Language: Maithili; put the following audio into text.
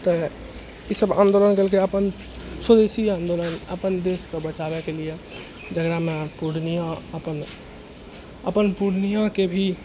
तऽ ई सब आन्दोलन केलकै अपन स्वदेशी आन्दोलन अपन देशके बचाबैके लिए जकरामे पूर्णिया अपन अपन पूर्णियाके भी